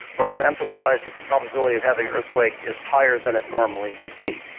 or do you emphasise that the probability of having an earthquake is higher than it normally would be?